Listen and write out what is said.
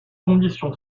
condition